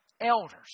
elders